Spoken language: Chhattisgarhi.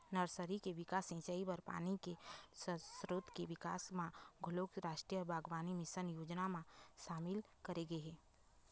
नरसरी के बिकास, सिंचई बर पानी के सरोत के बिकास ल घलोक रास्टीय बागबानी मिसन योजना म सामिल करे गे हे